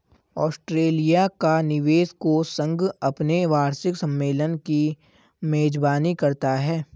Australia का निवेश कोष संघ अपने वार्षिक सम्मेलन की मेजबानी करता है